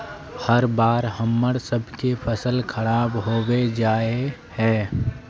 हर बार हम्मर सबके फसल खराब होबे जाए है?